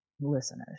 listeners